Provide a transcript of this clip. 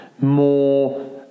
more